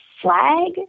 flag